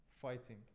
fighting